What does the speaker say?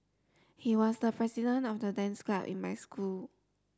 he was the president of the dance club in my school